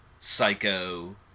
psycho